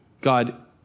God